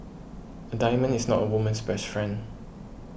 a diamond is not a woman's best friend